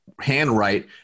handwrite